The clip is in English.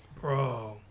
Bro